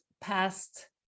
past